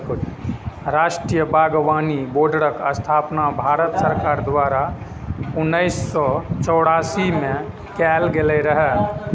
राष्ट्रीय बागबानी बोर्डक स्थापना भारत सरकार द्वारा उन्नैस सय चौरासी मे कैल गेल रहै